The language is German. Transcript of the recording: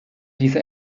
diese